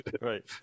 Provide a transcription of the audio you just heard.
right